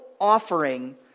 offering